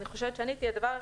אני חושבת שעניתי.